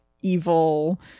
evil